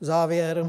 Závěr.